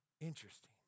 Interesting